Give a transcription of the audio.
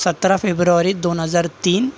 सतरा फेब्रुअरी दोन हजार तीन